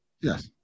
Yes